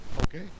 Okay